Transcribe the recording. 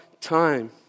time